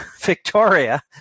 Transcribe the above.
victoria